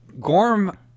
gorm